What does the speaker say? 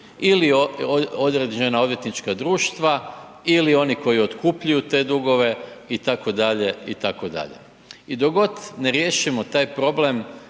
ili određena odvjetnička društva ili oni koji otkupljuju te dugove itd. itd. I dok god ne riješimo taj problem